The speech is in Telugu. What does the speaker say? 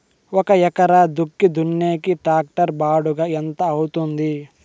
ఒక ఎకరా భూమి దుక్కి దున్నేకి టాక్టర్ బాడుగ ఎంత అవుతుంది?